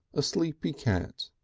a sleepy cat,